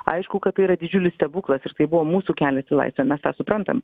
aišku kad tai yra didžiulis stebuklas ir tai buvo mūsų kelias į laisvę mes suprantam